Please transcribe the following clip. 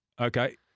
Okay